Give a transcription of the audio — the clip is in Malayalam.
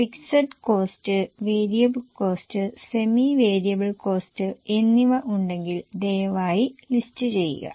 അതിനാൽ fixed cost variable cost semi variable cost എന്നിവ ഉണ്ടെങ്കിൽ ദയവായി ലിസ്റ്റ് ചെയ്യുക